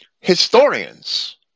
historians